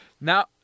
Now